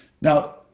Now